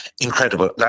Incredible